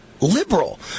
liberal